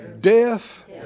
death